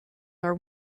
are